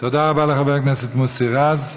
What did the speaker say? תודה רבה לחבר הכנסת מוסי רז.